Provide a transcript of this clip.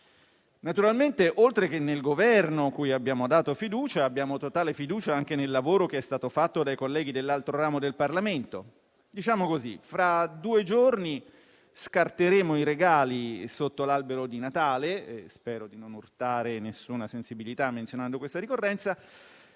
Naturalmente, oltre che nel Governo, cui abbiamo dato fiducia, abbiamo totale fiducia anche nel lavoro che è stato fatto dai colleghi dell'altro ramo del Parlamento. Diciamo così: fra due giorni scarteremo i regali sotto l'albero di Natale (spero di non urtare nessuna sensibilità, menzionando questa ricorrenza)